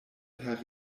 per